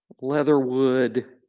Leatherwood